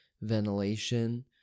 ventilation